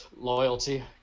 loyalty